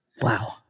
Wow